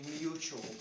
mutual